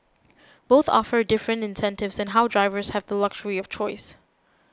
both offer different incentives and now drivers have the luxury of choice